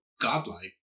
godlike